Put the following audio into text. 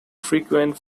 frequent